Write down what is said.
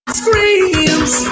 screams